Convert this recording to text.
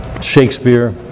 Shakespeare